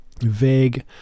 vague